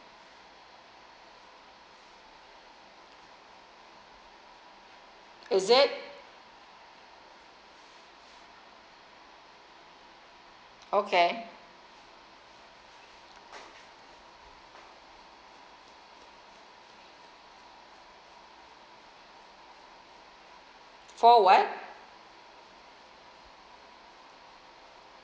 is it okay for what